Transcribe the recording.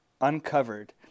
Uncovered